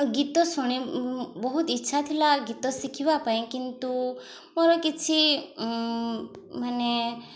ଗୀତ ଶୁଣି ବହୁତ ଇଚ୍ଛା ଥିଲା ଗୀତ ଶିଖିବା ପାଇଁ କିନ୍ତୁ ମୋର କିଛି ମାନେ